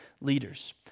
leaders